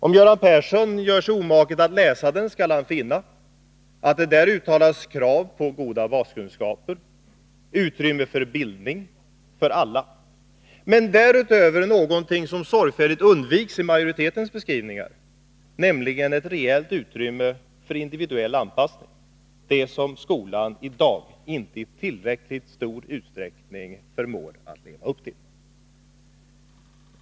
Om Göran Persson gör sig omaket att läsa den skall han finna att det där uttalas krav på goda baskunskaper —- utrymme för bildning för alla — men därutöver någonting som sorgfälligt undviks i majoritetens beskrivningar, nämligen ett rejält utrymme för individuell anpassning — det som skolan i dag inte i tillräckligt stor utsträckning förmår leva upp till.